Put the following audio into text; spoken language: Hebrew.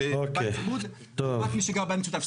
בבית צמוד לעומת מי שגר בבית משותף.